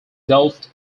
delft